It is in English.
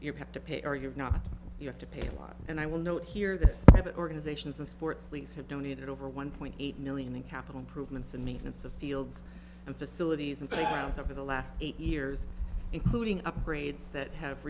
you have to pay or you're not you have to pay a lot and i will note here that that organisation is a sports leagues have donated over one point eight million in capital improvements and maintenance of fields and facilities and playgrounds over the last eight years including upgrades that have